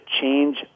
change